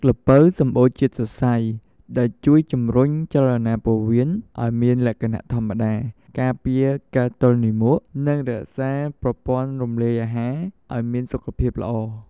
ល្ពៅសម្បូរជាតិសរសៃ ដែលជួយជំរុញចលនាពោះវៀនឲ្យមានលក្ខណៈធម្មតា ការពារការទល់លាមក និងរក្សាប្រព័ន្ធរំលាយអាហារឲ្យមានសុខភាពល្អ។